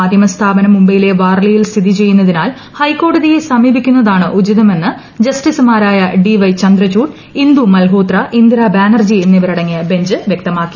മാധ്യമ സ്ഥാപനം മുംബൈയിലെ വർളിയിൽ സ്ഥിതിചെയ്യുന്നതിനാൽ ഹൈക്കോടതിയെ സമീപിക്കുന്നതാണ് ഉചിതമെന്ന് ജസ്റ്റിസുമാരായ ഡി വൈ ചന്ദ്രചൂഡ് ഇന്ദു മൽഹോത്ര ഇന്ദിര ബാനർജി എന്നിവരടങ്ങിയ ബെഞ്ച് വ്യക്തമാക്കി